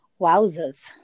Wowzers